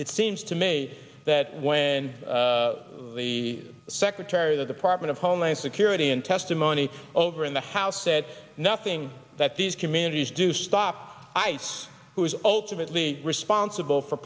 it seems to me that when the secretary the department of homeland security in testimony over in the house said nothing that these communities do stop ites who is ultimately responsible for